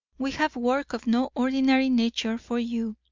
we have work of no ordinary nature for you.